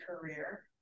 career